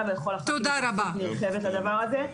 ולכל הח"כים התייחסות נרחבת לדבר הזה.